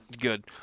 Good